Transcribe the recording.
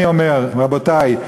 לכן אני אומר: רבותי,